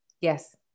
Yes